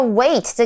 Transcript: wait